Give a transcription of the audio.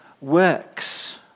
works